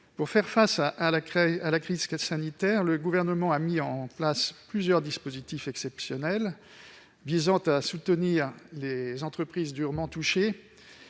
Pour faire face à la crise sanitaire, le Gouvernement a mis en place plusieurs dispositifs exceptionnels visant à soutenir les entreprises durement touchées.